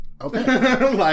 Okay